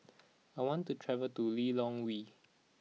I want to travel to Lilongwe